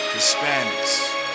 Hispanics